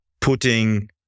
putting